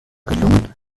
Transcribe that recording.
gelungen